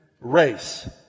race